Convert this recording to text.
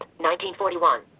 1941